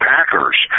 Packers